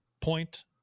point